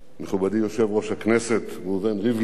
מכובדי יושב-ראש הכנסת ראובן ריבלין,